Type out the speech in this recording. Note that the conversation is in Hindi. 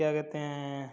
क्या कहते हैं